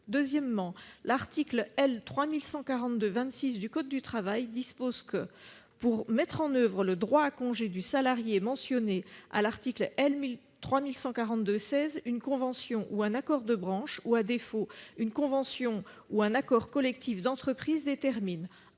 Deuxièmement, l'article L. 3142-26 du code du travail dispose que « pour mettre en oeuvre le droit à congé du salarié mentionné à l'article L. 3142-16, une convention ou un accord de branche ou, à défaut, une convention ou un accord collectif d'entreprise détermine :